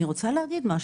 אני רוצה להגיד משהו,